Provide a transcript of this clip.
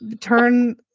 turn